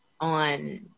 on